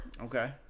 Okay